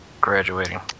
graduating